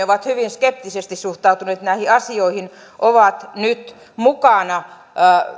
ovat hyvin skeptisesti suhtautuneet näihin asioihin ovat nyt mukana